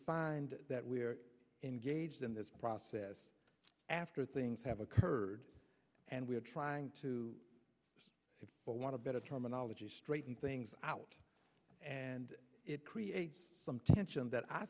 find that we are engaged in this process after things have occurred and we are trying to have one a better terminology straighten things out and it creates some tension that i